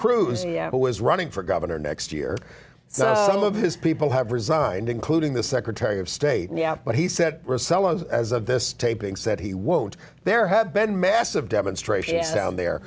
cruz who was running for governor next year so some of his people have resigned including the secretary of state but he said as of this taping said he won't there have been massive demonstrations down there